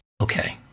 Okay